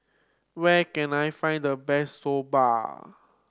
where can I find the best Soba